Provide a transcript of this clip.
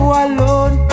alone